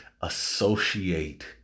associate